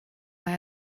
war